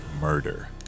murder